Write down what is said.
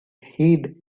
heed